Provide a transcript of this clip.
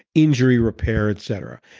injury repair, etc.